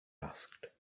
asked